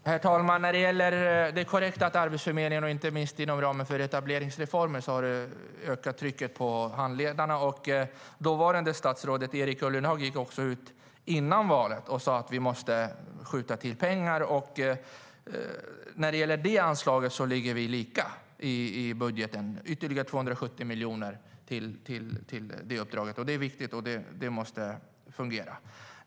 Herr talman! Det är korrekt att trycket på handledarna på Arbetsförmedlingen har ökat, inte minst inom ramen för etableringsreformen. Dåvarande statsrådet Erik Ullenhag gick också ut före valet och sa att vi måste skjuta till pengar. När det gäller detta anslag ligger vi lika i budgeten, alltså ytterligare 270 miljoner till detta uppdrag. Det är viktigt, och det måste fungera.